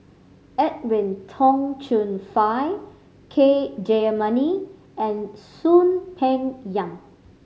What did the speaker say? Edwin Tong Chun Fai K Jayamani and Soon Peng Yam